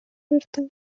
bertan